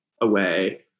away